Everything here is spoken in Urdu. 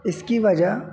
اس کی وجہ